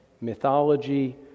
mythology